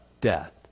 death